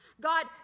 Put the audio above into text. God